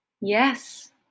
Yes